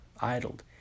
idled